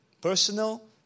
personal